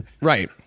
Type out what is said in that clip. right